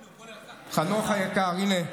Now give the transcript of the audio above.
הינה,